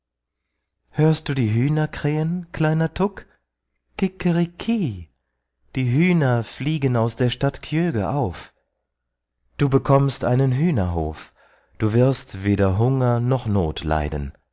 hörst du die hühner krähen kleiner tuk kikeriki die hühner fliegen aus der stadt kjöge auf du bekommst einen hühnerhof du wirst weder hunger noch